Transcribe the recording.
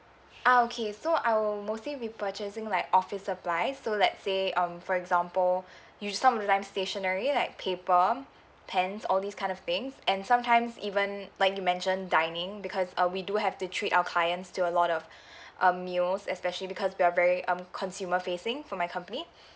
ah okay so I will mostly be purchasing like office supplies so let's say um for example some stationary like paper pens all these kind of things and sometimes even like you mentioned dining because uh we do have to treat our clients to a lot of um meals especially because we are very um consumer facing for my company